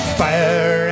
fire